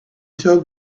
told